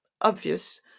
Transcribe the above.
obvious